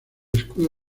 escudo